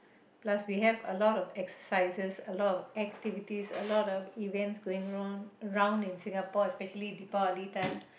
plus we have a lot of exercises a lot of activities a lot of events going on round in Singapore especially Deepavali time